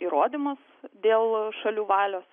įrodymas dėl šalių valios